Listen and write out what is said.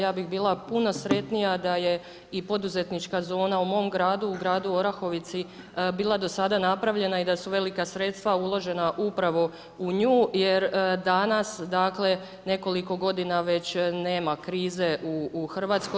Ja bih bila puno sretnija da je i poduzetnička zona u mom gradu u gradu Orahovici bila do sada napravljena i da su velika sredstva uložena upravo u nju, jer danas, dakle, nekoliko godina, već nema krize u Hrvatskoj.